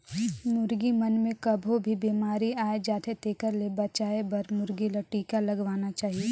मुरगी मन मे कभों भी बेमारी आय जाथे तेखर ले बचाये बर मुरगी ल टिका लगवाना चाही